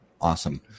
Awesome